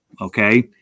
okay